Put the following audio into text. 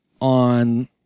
on